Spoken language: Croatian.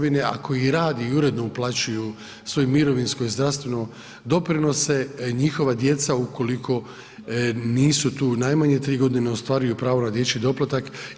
BiH ako i rade i uredno uplaćuju svoje mirovinsko i zdravstveno, doprinose, njihova djeca ukoliko nisu tu najmanje 3 godine ne ostvaruju pravo na dječji doplatak.